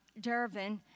Dervin